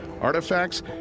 artifacts